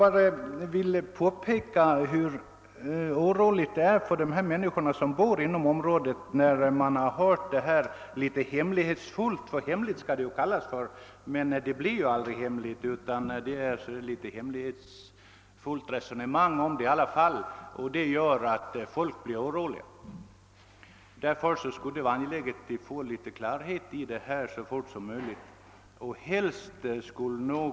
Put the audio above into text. Jag vill också påpeka hur oroliga de människor känner sig, vilka är bosatta inom det berörda området. Det förekommer ju alltid en viss hemlighetsfullhet i sammanhang som dessa, men man brukar ändå inte kunna undvika att det uppstår resonemang, som gör att folk blir oroade. Det vore därför angeläget att få något större klarhet i detta spörsmål så snart som möjligt.